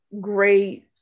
great